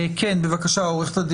עו"ד